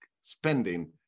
spending